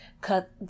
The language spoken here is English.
cut